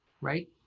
right